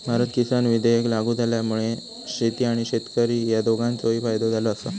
भारत किसान विधेयक लागू झाल्यामुळा शेती आणि शेतकरी ह्या दोघांचोही फायदो झालो आसा